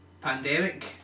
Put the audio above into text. Pandemic